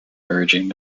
urging